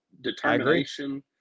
determination